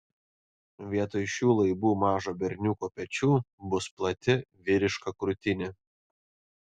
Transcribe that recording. vietoj šių laibų mažo berniuko pečių bus plati vyriška krūtinė